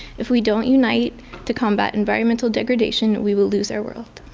if we don't unite to combat environmental degradation, we will lose our world.